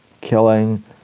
killing